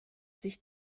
sich